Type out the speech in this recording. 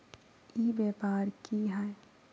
ई व्यापार की हाय?